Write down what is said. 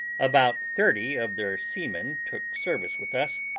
about thirty of their seamen took service with us,